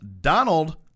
Donald